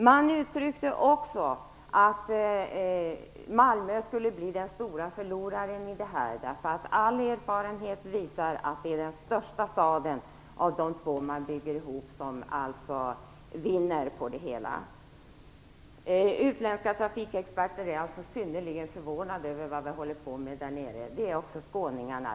Man sade också att Malmö skulle bli den stora förloraren. All erfarenhet visar att det är den största staden av de två som man bygger ihop som vinner på det hela. Utländska trafikexperter är alltså synnerligen förvånade över vad vi håller på med där nere. Det är också skåningarna.